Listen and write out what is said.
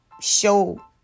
show